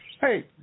Hey